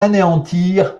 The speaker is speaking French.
anéantir